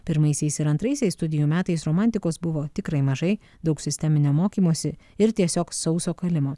pirmaisiais ir antraisiais studijų metais romantikos buvo tikrai mažai daug sisteminio mokymosi ir tiesiog sauso kalimo